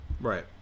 Right